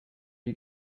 you